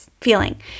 feeling